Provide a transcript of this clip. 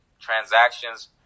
transactions